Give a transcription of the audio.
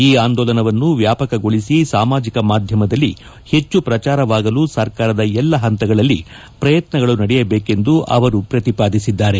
ಈ ಆಂದೋಲನವನ್ನು ವ್ಯಾಪಕಗೊಳಿಸಿ ಸಾಮಾಜಿಕ ಮಾದ್ಯಮದಲ್ಲಿ ಹೆಚ್ಚು ಪ್ರಚಾರವಾಗಲು ಸರ್ಕಾರದ ಎಲ್ಲಾ ಹಂತದಲ್ಲಿ ಪ್ರಯತ್ನಗಳು ನಡೆಯಬೇಕೆಂದು ಅವರು ಪ್ರತಿಪಾದಿಸಿದ್ದಾರೆ